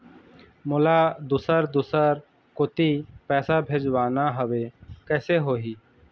मोला दुसर दूसर कोती पैसा भेजवाना हवे, कइसे होही?